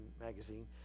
magazine